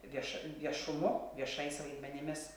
vieš viešumu viešais vaidmenimis